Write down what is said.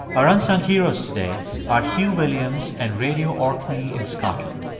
our unsung heroes today are huw williams and radio orkney in scotland.